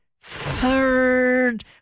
third